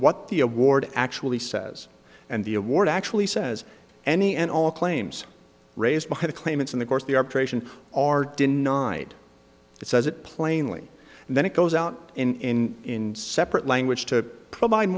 what the award actually says and the award actually says any and all claims raised by the claimants in the course the arbitration are denied it says it plainly and then it goes out in separate language to provide